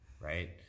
right